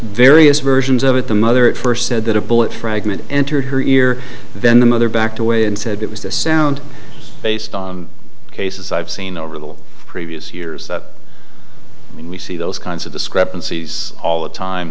various versions of it the mother at first said that a bullet fragment entered her ear then the mother backed away and said it was the sound based on cases i've seen over the previous years i mean we see those kinds of discrepancies all the time